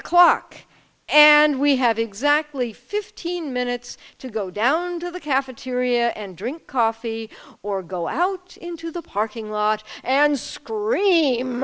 o'clock and we have exactly fifteen minutes to go down to the cafeteria and drink coffee or go out into the parking lot and scream